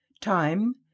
Time